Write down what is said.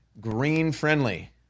green-friendly